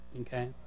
Okay